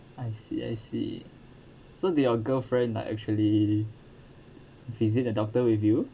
I see I see so did your girlfriend like actually visit the doctor with you